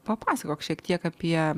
papasakok šiek tiek apie